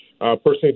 personally